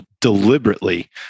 deliberately